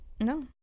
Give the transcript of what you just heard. No